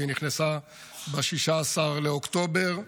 והיא נכנסה ב-16 באוקטובר,